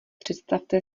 představte